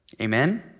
Amen